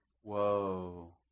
Whoa